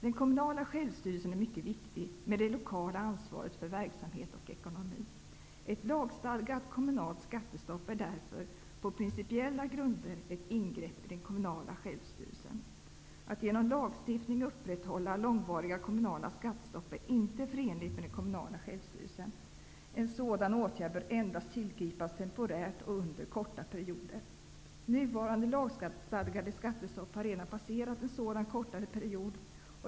Den kommunala självstyrelsen med det lokala ansvaret för verksamhet och ekonomi är mycket viktig. Ett lagstadgat kommunalt skattestopp är därför på principiella grunder ett ingrepp i den kommunala självstyrelsen. Att genom lagstiftning upprätthålla långvariga kommunala skattestopp är inte förenligt med den kommunala självstyrelsen. En sådan åtgärd bör endast tillgripas temporärt och under korta perioder. Nuvarande lagstadgade skattestopp har redan passerat en sådan kortare period.